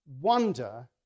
wonder